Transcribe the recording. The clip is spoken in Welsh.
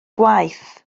gwaith